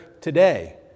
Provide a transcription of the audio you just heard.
today